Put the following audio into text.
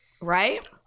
right